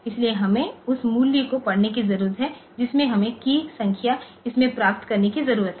इसलिए हमें उस मूल्य को पढ़ने की जरूरत है जिसमें हमें कीय संख्या इसमें प्राप्त करनी की जरूरत है